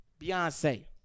Beyonce